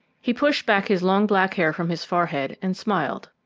he pushed back his long black hair from his forehead and smiled.